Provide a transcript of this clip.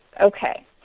Okay